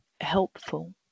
helpful